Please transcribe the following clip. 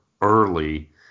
early